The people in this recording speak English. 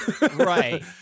right